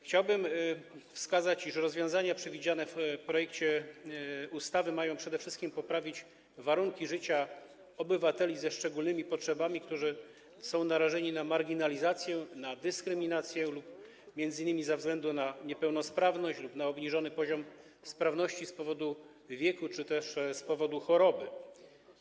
Chciałbym wskazać, iż rozwiązania przewidziane w projekcie ustawy mają przede wszystkim poprawić warunki życia obywateli ze szczególnymi potrzebami, którzy są narażeni na marginalizację, dyskryminację, m.in. ze względu na niepełnosprawność lub obniżony poziom sprawności z powodu wieku czy też choroby.